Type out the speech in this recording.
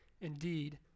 indeed